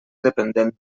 dependent